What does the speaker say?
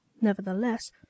nevertheless